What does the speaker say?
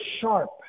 sharp